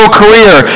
career